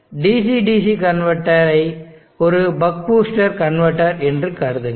DC DC converter ஐ ஒரு buck boost converter என்று கருதுங்கள்